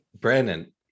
Brandon